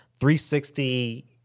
360